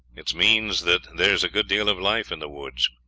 it means that there is a good deal of life in the woods.